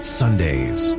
sundays